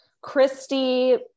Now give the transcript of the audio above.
Christy